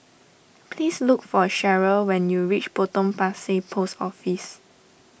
please look for Cherryl when you reach Potong Pasir Post Office